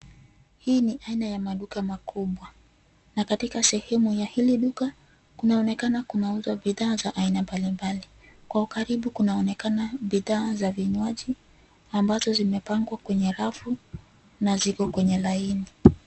Hii ni aina ya maduka makubwa na katika sehemu ya hili duka, kunaonekana kunauzwa bidhaa za aina mbali mbali. Kwa ukaribu kunaonekana bidhaa za vinywaji ambazo zimepangwa kwenye rafu na ziko kwenye laini.